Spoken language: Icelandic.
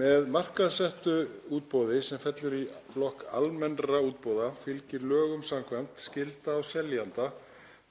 Með markaðssettu útboði, sem fellur í flokk almennra útboða, fylgir lögum samkvæmt skylda á seljanda